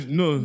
no